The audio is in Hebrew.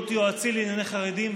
להיות יועצי לענייני חרדים,